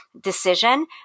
decision